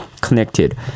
connected